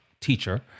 teacher